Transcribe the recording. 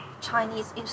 Chinese